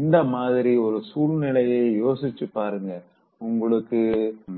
இந்த மாதிரி ஒரு சூழ்நிலைய யோசிச்சு பாருங்க உங்களுக்கு